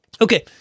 Okay